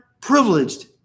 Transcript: privileged